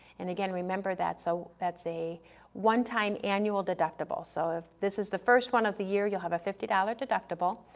and again, remember that's so that's a one-time annual deductible, so if this is the first one of the year you'll have a fifty dollars deductible,